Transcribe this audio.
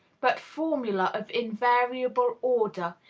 but formula of invariable order,